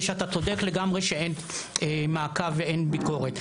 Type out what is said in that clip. זה שאתה צודק לגמרי שאין מעקב ואין ביקורת,